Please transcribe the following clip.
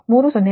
ಆದ್ದರಿಂದ 0